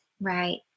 Right